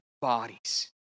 bodies